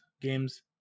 games